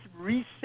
reset